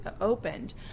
opened